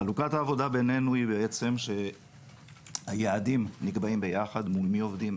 חלוקת העבודה בינינו היא בעצם שהיעדים נקבעים ביחד מול מי עובדים,